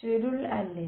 ചുരുൾ അല്ലെ